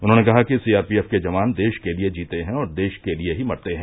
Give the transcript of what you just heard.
उन्होंने कहा कि सीआरपीएफ के जवान देश के लिए जीते हैं और देश के लिए ही मरते हैं